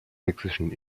sächsischen